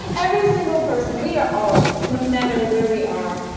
every single person, we are all, no matter where we are,